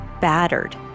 battered